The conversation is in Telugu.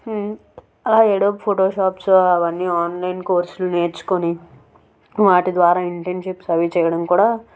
ఆ అడోబ్ ఫోటోషాప్స్ అవన్నీ ఆన్లైన్ కోర్సులు నేర్చుకుని వాటి ద్వారా ఇంటర్న్షిప్స్ అవి చేయడం కూడా